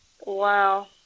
Wow